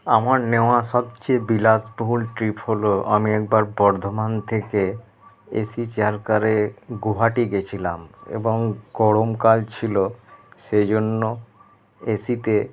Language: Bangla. আমার নেওয়া সবচেয়ে বিলাসবহুল ট্রিপ হল আমি একবার বর্ধমান থেকে এসি চেয়ার কারে গৌহাটি গেছিলাম এবং গরম কাল ছিল সেজন্য এসিতে